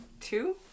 Two